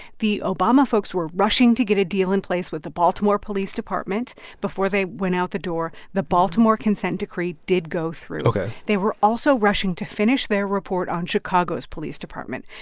the obama folks were rushing to get a deal in place with the baltimore police department before they went out the door. the baltimore consent decree did go through ok they were also rushing to finish their report on chicago's police department.